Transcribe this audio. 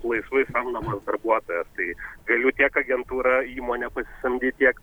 laisvai samdomas darbuotojas tai galiu tiek agentūrą įmonę pasisamdyt tiek